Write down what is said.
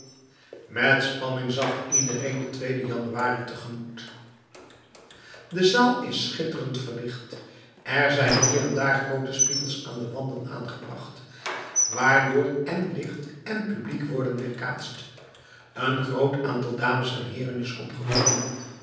met spanning zag iedereen den den januari te gemoet de zaal is schitterend verlicht er zijn hier en daar groote spiegels aan de wanden aangebracht waardoor èn licht èn publiek worden weerkaatst een groot aantal dames en heeren is opgekomen